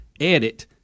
edit